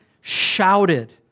shouted